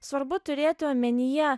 svarbu turėti omenyje